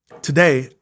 Today